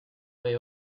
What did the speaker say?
way